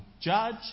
Judge